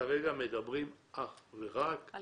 כרגע מדברים אך ורק על